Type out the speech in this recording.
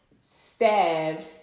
stabbed